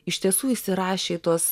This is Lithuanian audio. iš tiesų įsirašė į tuos